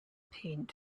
paint